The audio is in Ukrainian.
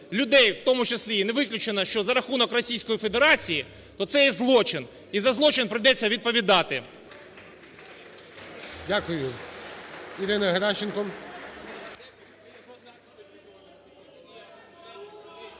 людей, в тому числі і не виключно, що за рахунок Російської Федерації, то це є злочин, і за злочин прийдеться відповідати. ГОЛОВУЮЧИЙ. Дякую. Ірина Геращенко.